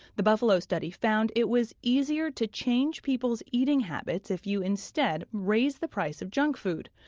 the buffalo study found it was easier to change people's eating habits if you instead raise the price of junk food.